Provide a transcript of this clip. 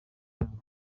yabo